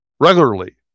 Regularly